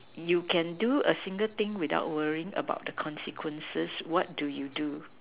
you can do a single thing without worrying about the consequences what do you do